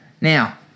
Now